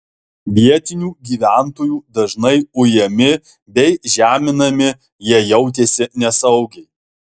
vietinių gyventojų dažnai ujami bei žeminami jie jautėsi nesaugiai